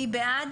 מי בעד